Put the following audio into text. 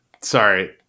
sorry